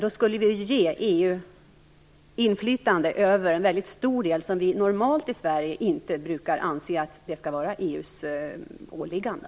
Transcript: Då skulle vi ju ge EU inflytande över en väldigt stor del, som vi normalt i Sverige inte brukar anse skall vara EU:s åliggande.